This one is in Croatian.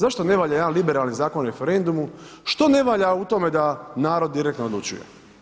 Zašto ne valja jedan liberalni zakon o referendumu, što ne valja u tome da narod direktno odlučuje?